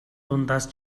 дундаас